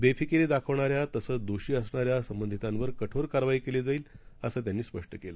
बेफिकिरीदाखवणाऱ्यातसंचदोषीअसणाऱ्यासंबंधितांवरकठोरकारवाईकेलीजाईल असंत्यांनीस्पष्टकेलं